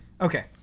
Okay